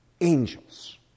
angels